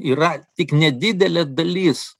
yra tik nedidelė dalis